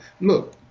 Look